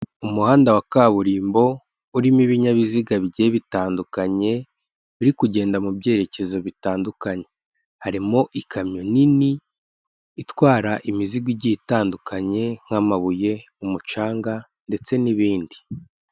Umuhanda wa kaburimbo urimo ibinyabiziga bigiye bitandukanye, biri kugenda mu byerekezo bitandukanye. Harimo ikamyo nini itwara imizigo igiye itandukanye, nk'amabuye, umucanga ndetse n'ibindi.